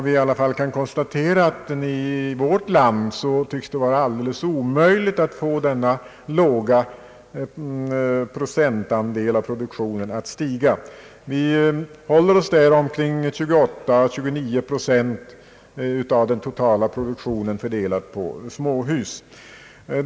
Vi kan dock konstatera att det i vårt land tycks vara alldeles omöjligt att få den låga procentuella andelen av nyproduktionen att stiga. Omkring 28—29 procent av den totala produktionen ligger på småhus.